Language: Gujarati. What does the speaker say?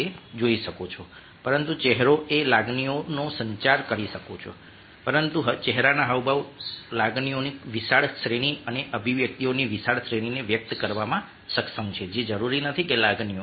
પરંતુ ચહેરો એ લાગણીઓના સંચારનો ખૂબ જ મહત્વપૂર્ણ ઘટક હતો જોકે માત્ર હાવભાવ દ્વારા તમે લાગણીઓનો સંચાર કરી શકો છો પરંતુ ચહેરાના હાવભાવ લાગણીઓની વિશાળ શ્રેણી અને અભિવ્યક્તિઓની વિશાળ શ્રેણીને વ્યક્ત કરવામાં સક્ષમ છે જે જરૂરી નથી કે લાગણીઓ